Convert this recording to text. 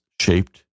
shaped